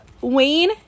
wayne